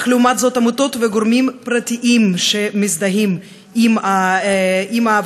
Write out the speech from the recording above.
אך לעומת זאת עמותות וגורמים פרטיים שמזדהים עם עבודת